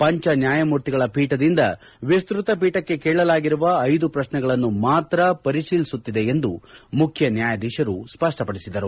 ಪಂಚ ನ್ಯಾಯಮೂರ್ತಿಗಳ ಪೀಠದಿಂದ ವಿಸ್ತತಪೀಠಕ್ಷೆ ಕೇಳಲಾಗಿರುವ ಐದು ಪ್ರಶ್ನೆಗಳನ್ನು ಮಾತ್ರ ಪರಿಶೀಲಿಸುತ್ತಿದೆ ಎಂದು ಮುಖ್ಯ ನ್ನಾಯಾಧೀಶರು ಸ್ಪಪ್ಲಪಡಿಸಿದರು